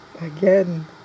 again